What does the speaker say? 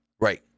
Right